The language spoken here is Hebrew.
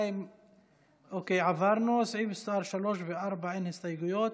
2 עברנו, לסעיפים מס' 3 ו-4 אין הסתייגויות.